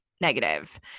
negative